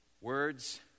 words